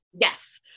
Yes